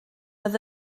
oedd